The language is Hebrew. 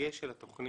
הדגש של התוכנית,